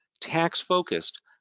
tax-focused